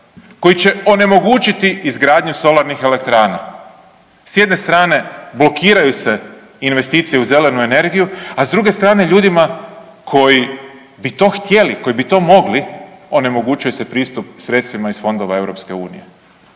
koji će onemogućiti izgradnju solarnih elektrana. S jedne strane blokiraju se investicije u zelenu energiju, a s druge strane ljudima koji bi to htjeli, koji bi to mogli onemogućuje se pristup sredstvima iz fondova iz